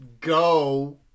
go